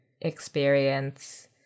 experience